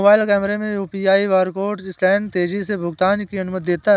mobile कैमरे में UPI barcode scanner तेजी से भुगतान की अनुमति देता है